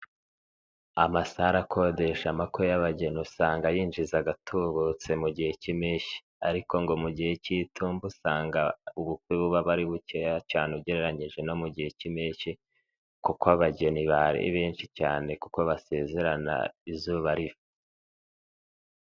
Amasale akodesha amakwe y'abageni, usanga yinjiza agatubutse mu gihe cy'impeshyi ariko ngo mu gihe cy'itumba usanga ubukwe buba aba ari bukeya cyane ugereranyije no mu gihe cy'impeshyi kuko abageni baba ari benshi cyane kuko basezerana izuba riva.